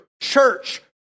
church